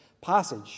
passage